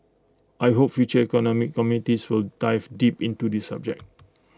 I hope future economic committees will dive deep into the subject